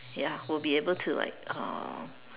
ya will be able to like uh